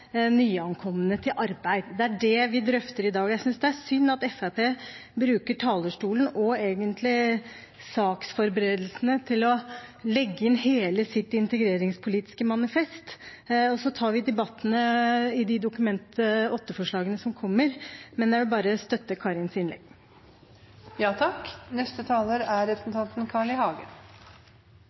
nyankomne til arbeid. Det er det vi drøfter i dag. Jeg synes det er synd at Fremskrittspartiet bruker talerstolen og egentlig saksforberedelsene til å legge inn hele sitt integreringspolitiske manifest. Så tar vi debattene om de Dokument 8-forslagene som kommer, men jeg vil bare støtte Karin Andersens innlegg. Representanten Karin Andersen likte ikke bruken av ordet «assimilering» og mener det er i